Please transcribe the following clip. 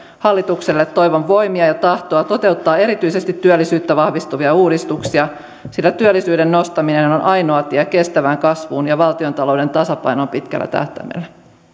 hallitukselle toivon voimia ja tahtoa toteuttaa erityisesti työllisyyttä vahvistavia uudistuksia sillä työllisyyden nostaminen on on ainoa tie kestävään kasvuun ja valtiontalouden tasapainoon pitkällä tähtäimellä